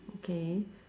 okay